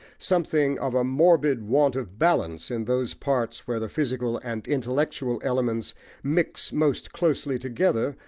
something of a morbid want of balance in those parts where the physical and intellectual elements mix most closely together,